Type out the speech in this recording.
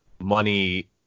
money